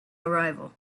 arrival